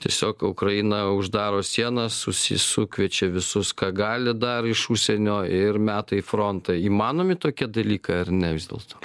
tiesiog ukraina uždaro sienas susi sukviečia visus ką gali dar iš užsienio ir meta į frontą įmanomi tokie dalykai ar ne vis dėlto